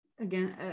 again